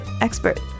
expert